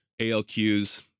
ALQs